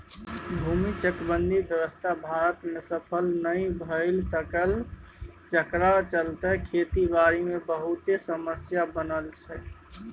भूमि चकबंदी व्यवस्था भारत में सफल नइ भए सकलै जकरा चलते खेती बारी मे बहुते समस्या बनल छै